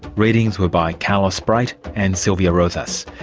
readings were by cal osprate and silvia rosas,